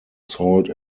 salt